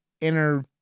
inner